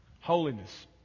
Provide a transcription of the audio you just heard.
Holiness